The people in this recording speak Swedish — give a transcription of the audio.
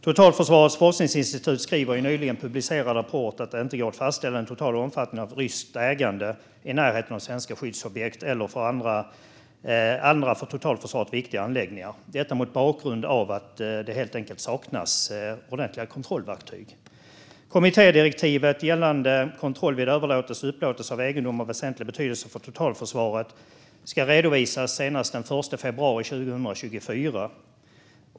Totalförsvarets forskningsinstitut skrev i en nyligen publicerad rapport att det inte går att fastställa den totala omfattningen av ryskt ägande i närheten av svenska skyddsobjekt eller andra för totalförsvaret viktiga anläggningar, detta mot bakgrund av att det helt enkelt saknas ordentliga kontrollverktyg. Kommittédirektivet gällande kontroll vid överlåtelse och upplåtelse av egendom av väsentlig betydelse för totalförsvaret ska redovisas senast den 1 februari 2024.